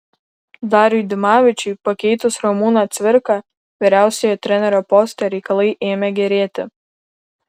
dariui dimavičiui pakeitus ramūną cvirką vyriausiojo trenerio poste reikalai ėmė gerėti